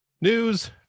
news